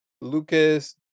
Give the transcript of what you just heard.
Lucas